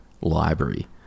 library